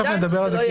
תיכף נדבר על זה,